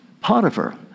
Potiphar